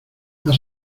has